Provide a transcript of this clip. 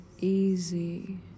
easy